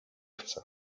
chce